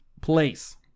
place